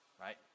right